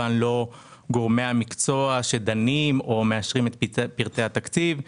כמובן לא גורמי המקצוע שדנים או מאשרים את פרטי התקציב,